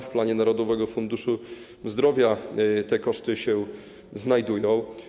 W planie Narodowego Funduszu Zdrowia te koszty się znajdują.